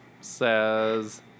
says